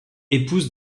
épousent